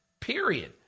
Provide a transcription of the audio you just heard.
Period